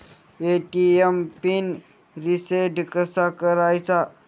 ATM pin reset कसा करायचा?